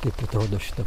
kaip atrodo šita